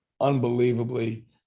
unbelievably